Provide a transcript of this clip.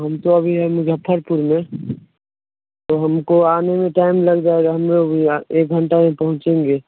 हम तो अभी है मुज़फ़्फ़रपुर में तो हमको आने में टाइम लग जाएगा हम लोग भैया एक घंटा में पहुँचेंगे